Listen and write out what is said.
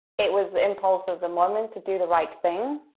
it was impulsive. the moment to do the right thing.